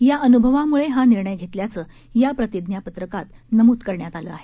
या अन्भवाम्ळे हा निर्णय घेतल्याचं या प्रतिज्ञापत्रकात नमूद करण्यात आलं आहे